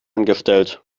angestellt